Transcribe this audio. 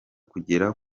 kugera